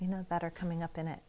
you know that are coming up in it